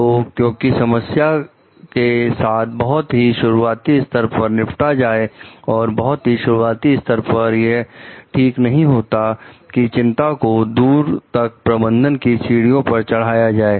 तो क्योंकि समस्या के साथ बहुत ही शुरुआती स्तर पर निपटा जाए और बहुत ही शुरुआती स्तर पर यह ठीक नहीं होता है की चिंता को दूर तक प्रबंधन की सीढ़ियों पर चढ़ाया जाए